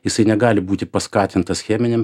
jisai negali būti paskatintas cheminėm